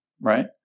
right